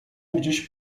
gdzieś